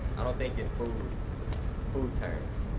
i don't think in food food terms.